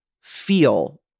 feel